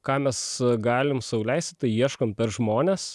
ką mes galim sau leisti tai ieškom per žmones